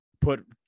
put